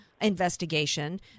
Investigation